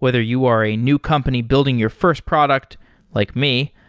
whether you are a new company building your first product like me,